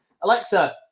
Alexa